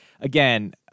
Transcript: Again